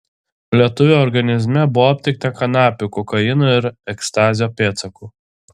lietuvio organizme buvo aptikta kanapių kokaino ir ekstazio pėdsakų